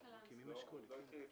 לא, אני לא רוצה.